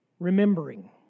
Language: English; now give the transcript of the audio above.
Remembering